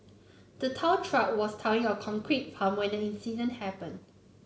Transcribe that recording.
the tow truck was towing a concrete pump in the incident happened